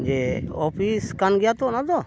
ᱡᱮ ᱚᱯᱷᱤᱥ ᱠᱟᱱ ᱜᱮᱭᱟ ᱛᱚ ᱚᱱᱟᱫᱚ